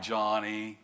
Johnny